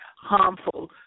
harmful